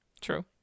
true